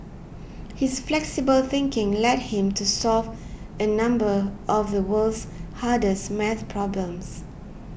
his flexible thinking led him to solve a number of the world's hardest math problems